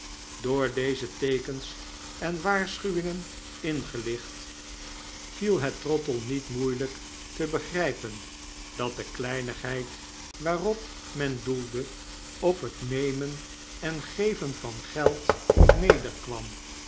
door deze teekens en waarschuwingen ingelicht viel het trottle niet moeielyk tebegrypen dat de kleinigheid waarop men doelde op het nemen en geven van geld